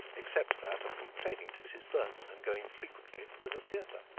except that of complaining to mrs. burton, and going frequently to the theatre.